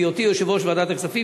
בהיותי יושב-ראש ועדת הכספים,